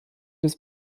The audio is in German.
des